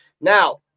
Now